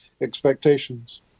expectations